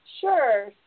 Sure